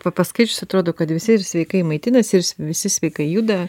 pa paskaičius atrodo kad visi ir sveikai maitinasi svi ir visi sveikai juda